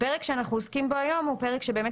הפרק שאנחנו עוסקים בו היום הוא פרק שבאמת